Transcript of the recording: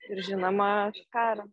ir žinoma karą